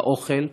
האוכל,